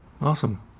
Awesome